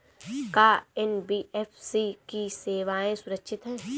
का एन.बी.एफ.सी की सेवायें सुरक्षित है?